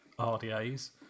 RDA's